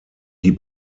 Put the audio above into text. die